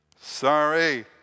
Sorry